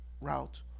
route